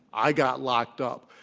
i got locked up.